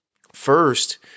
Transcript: First